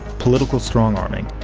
political strong-arming,